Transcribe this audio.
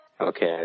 Okay